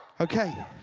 okay.